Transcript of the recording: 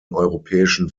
europäischen